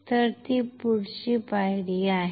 तर ती पुढची पायरी आहे